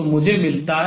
तो मुझे मिलता है